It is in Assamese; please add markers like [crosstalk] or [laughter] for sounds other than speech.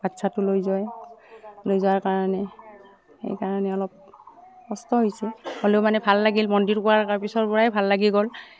বাচ্ছাটো লৈ যায় লৈ যোৱাৰ কাৰণে সেইকাৰণে অলপ কষ্ট হৈছে হ'লেও মানে ভাল লাগিল মন্দিৰ [unintelligible] পিছৰ পৰাই ভাল লাগি গ'ল